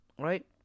Right